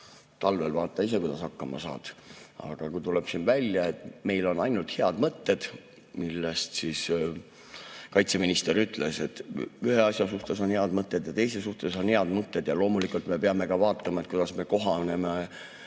talvel vaata ise, kuidas hakkama saad. Aga tuleb välja, et meil on ainult head mõtted. Kaitseminister ütles, et ühe asja suhtes on head mõtted ja teise suhtes on head mõtted ja loomulikult me peame vaatama, kuidas me kohaneme